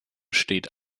steht